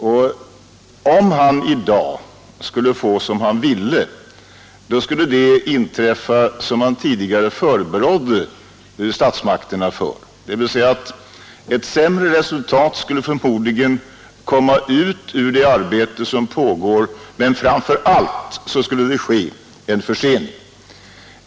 Men om han i dag skulle få som han vill, skulle det inträffa som han tidigare förebrådde statsmakterna för. Det skulle förmodligen bli ett sämre resultat av det arbete som pågår, men framför allt skulle det bli en försening.